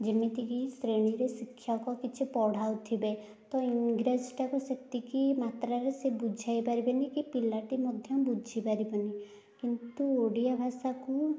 ଯେମିତିକି ଶ୍ରେଣୀରେ ଶିକ୍ଷକ କିଛି ପଢ଼ାଉଥିବେ ତ ଇଂରାଜୀଟାକୁ ସେତିକି ମାତ୍ରାରେ ସେ ବୁଝାଇପାରିବେନି କି ପିଲାଟି ମଧ୍ୟ ବୁଝିପାରିବନି କିନ୍ତୁ ଓଡ଼ିଆ ଭାଷାକୁ